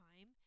time